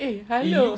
eh hello